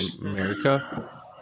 America